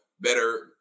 better